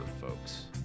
folks